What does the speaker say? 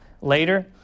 later